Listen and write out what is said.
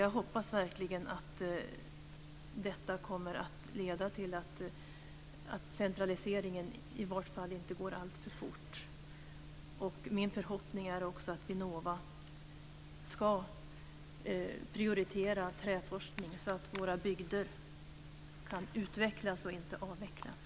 Jag hoppas verkligen att detta kommer att leda till att centraliseringen i varje fall inte går alltför fort. Min förhoppning är också att Vinnova ska prioritera träforskning, så att våra bygder kan utvecklas och inte avvecklas.